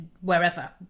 wherever